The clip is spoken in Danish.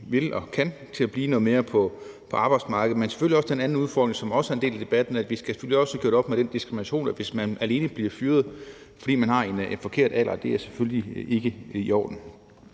vil og kan, til at blive noget mere på arbejdsmarkedet. Men der er selvfølgelig også den anden udfordring, som også er en del af debatten, at vi selvfølgelig skal have gjort op med den diskrimination, der er, hvor man alene bliver fyret, fordi man har en forkert alder. Det er selvfølgelig ikke i orden.